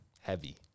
Heavy